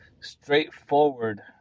straightforward